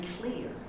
clear